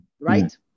right